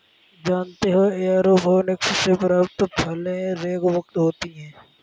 जानते हो एयरोपोनिक्स से प्राप्त फलें रोगमुक्त होती हैं